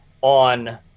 on